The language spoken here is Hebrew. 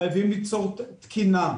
חייבים ליצור תקינה.